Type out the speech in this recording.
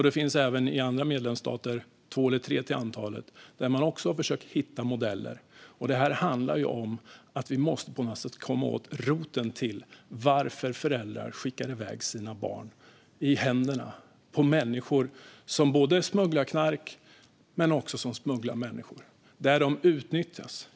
Det finns andra medlemsstater, två eller tre till antalet, där man också har försökt hitta modeller för detta. Det här handlar om att vi på något sätt måste komma åt roten till att föräldrar skickar sina barn i händerna på människor som både smugglar knark och människor. Barnen utnyttjas.